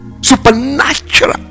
supernatural